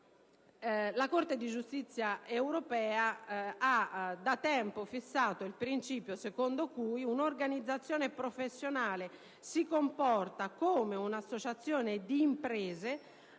La Corte di giustizia europea ha da tempo fissato il principio secondo cui «un'organizzazione professionale si comporta come un'associazione di imprese